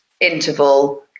interval